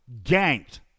ganked